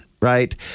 Right